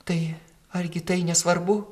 tai argi tai nesvarbu